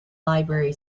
library